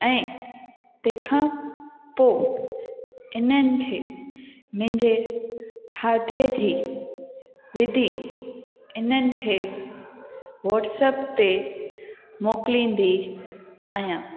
ऐं तंहिंखां पोइ इन्हनि खे मुंहिंजे खाधे जी विधि इन्हनि खे वॉट्सप ते मोकिलिंदी आहियां